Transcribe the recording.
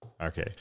Okay